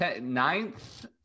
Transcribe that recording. ninth